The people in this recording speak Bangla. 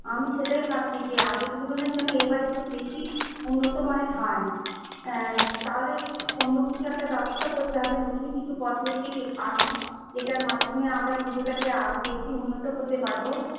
আমি সেটাই ভাবছি যে আগের তুলনায় যেন এবার একটু বেশী উন্নতমানের হয় তাহলে অন্য কিছু একটা ব্যবস্থা করতে হবে নতুন কিছু পদ্ধতি আনো যেটার মাধ্যমে আমরা পুজোটাকে আরো বেশী উন্নত করতে পারব